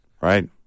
right